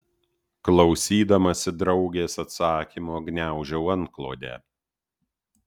klausydamasi draugės atsakymo gniaužau antklodę